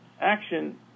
action